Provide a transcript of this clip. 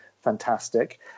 fantastic